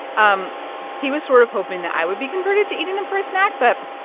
um he was sort of hoping that i would be converted to eating them for a snack, but